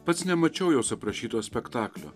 pats nemačiau jos aprašyto spektaklio